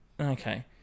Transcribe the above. okay